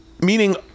Meaning